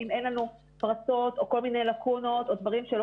האם אין לנו פרצות או כל מיני לקונות או דברים שלא